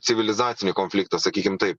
civilizacinį konfliktą sakykim taip